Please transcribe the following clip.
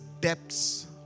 depths